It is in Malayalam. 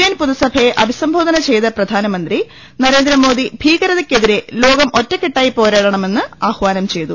എൻ പൊതുസഭയെ അഭിസംബോധന ചെയ്ത പ്രധാനമന്ത്രി നരേന്ദ്രമോദി ഭീകരതക്കെതിരെ ലോകം ഒറ്റക്കെട്ടായി പോരാടണമെന്ന് ആഹ്വാനം ചെയ്തു